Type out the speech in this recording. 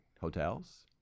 hotels